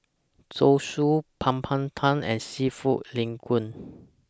Zosui Papadum and Seafood Linguine